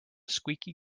squeaky